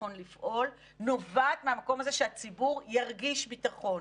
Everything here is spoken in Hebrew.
הביטחון לפעול נובעים מהמקום הזה שהציבור ירגיש ביטחון.